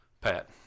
Pat